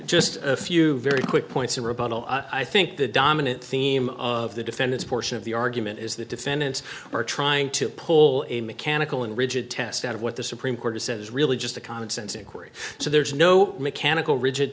just a few very quick points in rebuttal i think the dominant theme of the defendant's portion of the argument is that defendants are trying to pull a mechanical and rigid test out of what the supreme court has said is really just a commonsense inquiry so there's no mechanical rigid